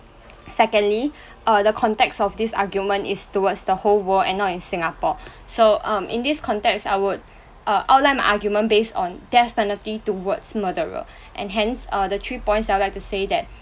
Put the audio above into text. secondly err the context of this argument is towards the whole world and not in singapore so um in this context I would err outline my argument based on death penalty towards murderer and hence uh the three points I would like to say that